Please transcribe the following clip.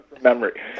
memory